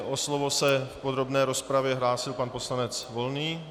O slovo se v podrobné rozpravě hlásil pan poslanec Volný.